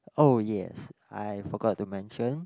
oh yes I forgot to mention